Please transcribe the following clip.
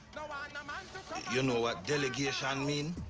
um um like you know what delegation mean?